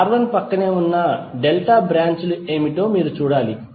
R1 ప్రక్కనే ఉన్న delta branch లు ఏమిటో మీరు చూడాలి